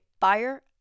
fire